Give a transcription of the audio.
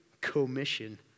commission